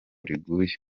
riguye